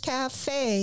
Cafe